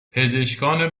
پزشکان